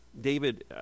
David